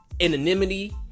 anonymity